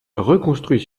reconstruit